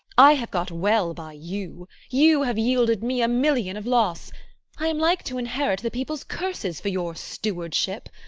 i have got well by you you have yielded me a million of loss i am like to inherit the people's curses for your stewardship.